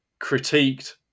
critiqued